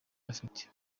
afite